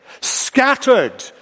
scattered